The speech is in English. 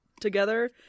together